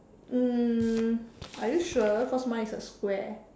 um are you sure cause mine is a square